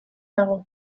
dago